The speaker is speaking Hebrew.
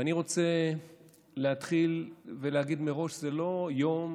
ואני רוצה להתחיל ולהגיד מראש: זה לא יום